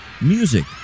music